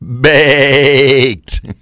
baked